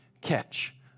catch